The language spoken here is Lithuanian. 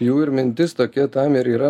jų ir mintis tokia tam ir yra